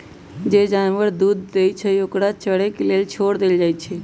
जे जानवर दूध देई छई ओकरा चरे के लेल छोर देल जाई छई